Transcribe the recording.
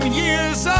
years